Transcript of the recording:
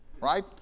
right